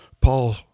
Paul